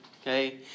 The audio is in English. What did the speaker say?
okay